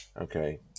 Okay